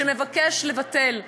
שמבקש לבטל.